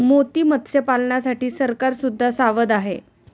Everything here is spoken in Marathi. मोती मत्स्यपालनासाठी सरकार सुद्धा सावध आहे